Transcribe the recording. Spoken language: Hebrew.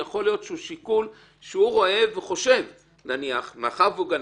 יכול להיות שהוא רואה והוא חושב שמאחר שהוא גנן,